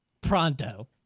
pronto